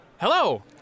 Hello